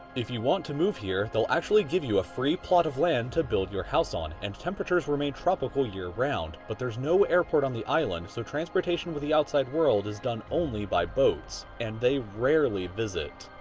if you want to move here they'll actually give you a free plot of land to build your house on, and temperatures remain tropical year around. but there's no airport on the island, so transportation with the outside world is done only by boats, and they rarely visit.